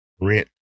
rent